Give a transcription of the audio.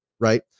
right